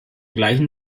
gleichen